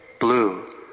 blue